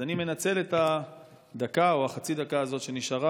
אז אני מנצל את הדקה או החצי-דקה הזאת שנשארה,